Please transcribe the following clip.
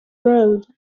road